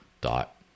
dot